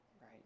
right